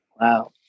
Wow